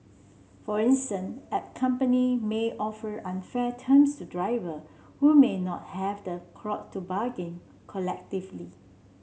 for instance app company may offer unfair terms to driver who may not have the clout to bargain collectively